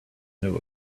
knew